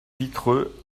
vitreux